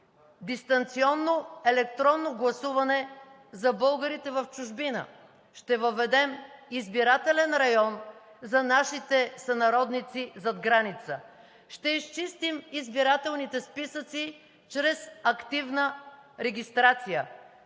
дистанционно електронно гласуване за българите в чужбина. Ще въведем избирателен район за нашите сънародници зад граница. Ще изчистим избирателните списъци чрез активна регистрация.